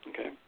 okay